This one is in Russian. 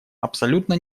абсолютно